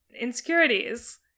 insecurities